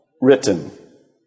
written